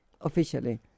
officially